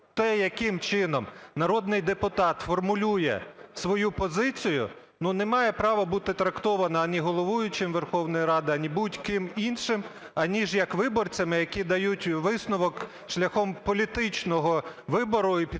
те, яким чином народний депутат формулює свою позицію, ну немає права бути трактоване ані головуючим Верховної Ради, ані будь-ким іншим, ніж як виборцями, які дають висновок шляхом політичного вибору і підтримки